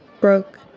broke